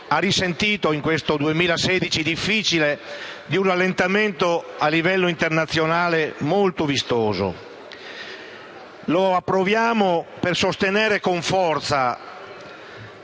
ha risentito in questo difficile 2016 di un rallentamento a livello internazionale molto vistoso. Lo approviamo per sostenere con forza